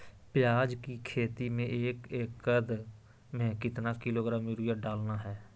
प्याज की खेती में एक एकद में कितना किलोग्राम यूरिया डालना है?